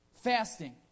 Fasting